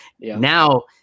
Now